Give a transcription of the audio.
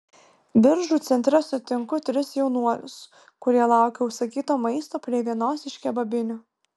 biržų centre sutinku tris jaunuolius kurie laukia užsakyto maisto prie vienos iš kebabinių